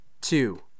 two